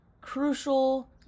crucial